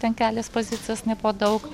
ten kelios pozicijos ne po daug